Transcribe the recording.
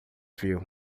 viu